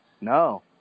No